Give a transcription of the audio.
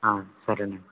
సరేనండి